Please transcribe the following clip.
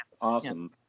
Awesome